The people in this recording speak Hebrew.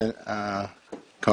אני